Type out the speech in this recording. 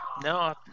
No